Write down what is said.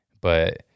but-